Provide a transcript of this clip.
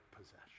possession